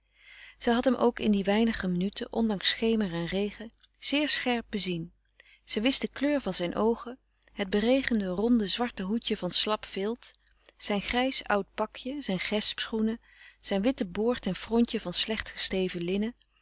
zij had hem ook in die weinige minuten ondanks schemer en regen zeer scherp bezien zij wist de kleur van zijn oogen het beregende ronde zwarte hoedje van slap vilt zijn grijs oud pakje zijn gesp schoenen zijn witte boord en frontje van slechtgesteven linnen